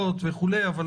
אין